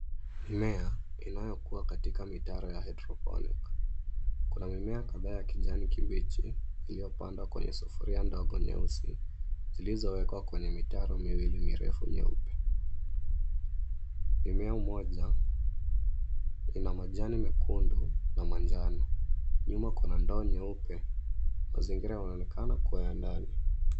Mimea inayokua katika mitaro ya hydroponic . Kuna mimea kadhaa ya kijani kibichi iliyopandwa kwenye sufuria ndogo nyeusi zilizowekwa kwenye mitaro miwili mirefu nyeupe. Mmea mmoja ina majani mekundu na manjano, nyuma kuna ndoo nyeupe. Mazingira yanaonekana kuwa ya ndani.